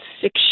six